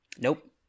Nope